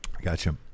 Gotcha